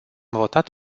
votat